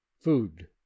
food